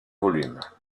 volumes